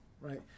right